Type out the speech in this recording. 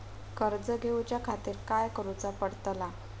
कर्ज घेऊच्या खातीर काय करुचा पडतला?